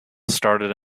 started